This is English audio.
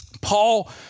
Paul